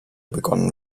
begonnen